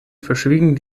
verschwiegen